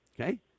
okay